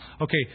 Okay